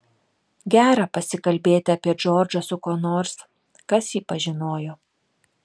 gera pasikalbėti apie džordžą su kuo nors kas jį pažinojo